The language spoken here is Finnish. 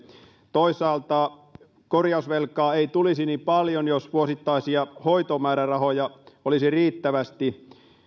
toisaalta korjausvelkaa ei tulisi niin paljon jos vuosittaisia hoitomäärärahoja olisi riittävästi